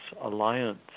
alliance